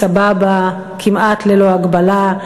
בסבבה, כמעט ללא הגבלה,